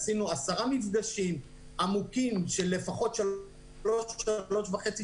עשינו עשרה מפגשים עמוקים של לפחות שלוש שעות וחצי,